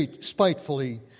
spitefully